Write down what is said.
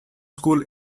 school